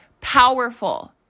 powerful